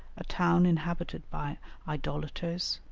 a town inhabited by idolaters,